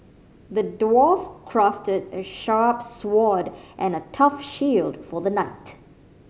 the dwarf crafted a sharp sword and a tough shield for the knight